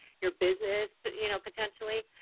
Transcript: your business but you know potentially,